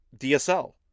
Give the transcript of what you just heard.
DSL